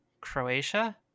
Croatia